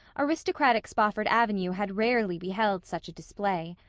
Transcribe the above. aristocratic spofford avenue had rarely beheld such a display.